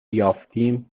یافتیم